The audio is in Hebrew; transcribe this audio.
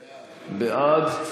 בעד,